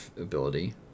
ability